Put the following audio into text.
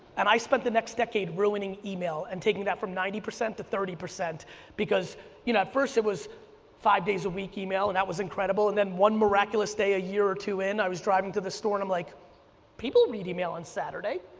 and i spent the next decade ruining email and taking that from ninety percent to thirty, because you know at first it was five days a week email and that was incredible and then one miraculous day a year or two in i was driving to the store and i'm like people read email on saturday.